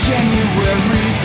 January